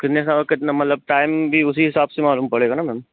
कितने समय कितने मतलब टाइम भी उसी हिसाब से मालूम पड़ेगा ना मैम